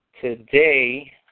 today